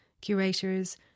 curators